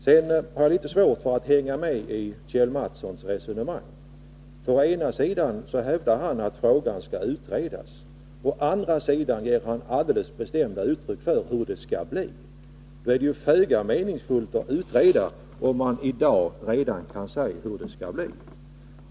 Jag har litet svårt att hänga medi Kjell Mattssons resonemang. Å ena sidan hävdar han att frågan skall utredas. Å andra sidan ger han alldeles bestämda besked om hur det skall bli. Det är föga meningsfullt att utreda, om man redan i dag kan säga hur det skall bli.